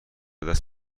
دست